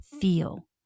feel